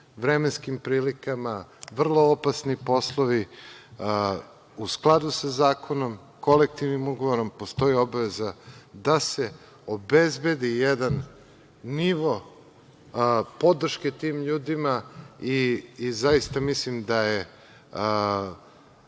vremenskim prilikama, vrlo opasni poslovi. U skladu sa zakonom, kolektivnim ugovorom postoji obaveza da se obezbedi jedan nivo podrške tim ljudima i zaista mislim da je